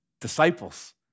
disciples